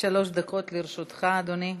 עד שלוש דקות לרשותך, אדוני.